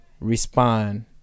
respond